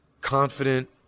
confident